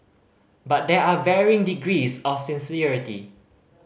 but there are varying degrees of sincerity